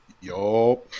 Yo